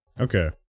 okay